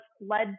led